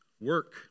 work